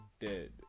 Dead